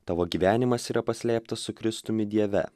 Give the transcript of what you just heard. tavo gyvenimas yra paslėptas su kristumi dieve